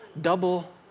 double